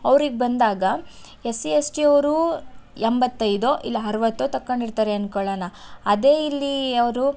ಅವ್ರಿಗೆ ಬಂದಾಗ S C S T ಅವರು ಎಂಬತ್ತೈದೋ ಇಲ್ಲ ಅರುವತ್ತೋ ತಗೊಂಡಿರ್ತಾರೆ ಅನ್ಕೊಳೋಣ ಅದೇ ಇಲ್ಲಿ ಅವರು